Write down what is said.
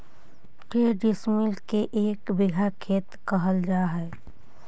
के डिसमिल के एक बिघा खेत कहल जा है?